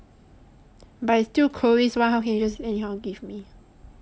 but it's still chloe